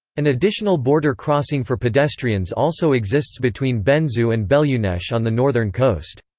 an additional border crossing for pedestrians also exists between benzu and belyounech on the northern coast.